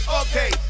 okay